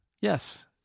Yes